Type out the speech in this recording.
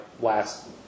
last